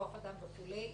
כוח אדם וכולי,